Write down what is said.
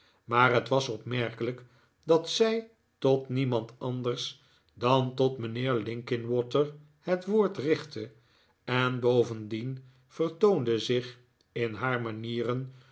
maar het was opmerkelijk dat zij tot niemand anders dan tot mijnheer linkinwater het woord richtte en bovendien vertoonde zich in haar manieren